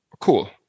cool